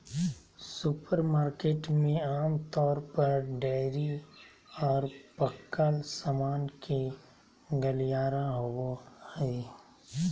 supermarket में आमतौर पर डेयरी और पकल सामान के गलियारा होबो हइ